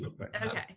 Okay